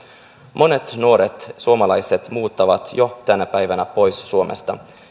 monet nuoret suomalaiset muuttavat jo tänä päivänä pois suomesta